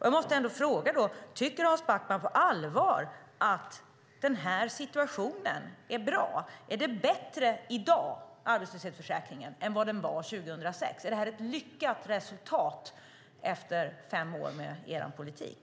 Jag måste fråga: Tycker Hans Backman på allvar att den här situationen är bra? Är arbetslöshetsförsäkringen bättre i dag än vad den var 2006? Är det här ett lyckat resultat efter fem år med er politik?